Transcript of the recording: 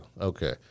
Okay